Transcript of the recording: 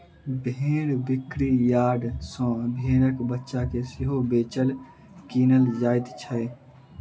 भेंड़ बिक्री यार्ड सॅ भेंड़क बच्चा के सेहो बेचल, किनल जाइत छै